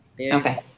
okay